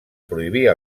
prohibir